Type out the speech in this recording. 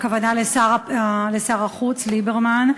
הכוונה לשר החוץ ליברמן,